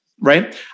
Right